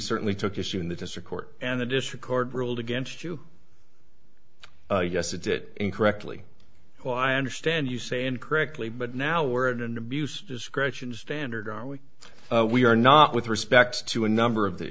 certainly took issue in the district court and the district court ruled against you yes it it incorrectly oh i understand you say incorrectly but now we're at an abuse discretion standard are we we are not with respect to a number of the